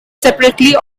separately